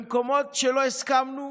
במקומות שלא הסכמנו,